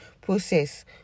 process